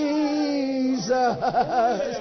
Jesus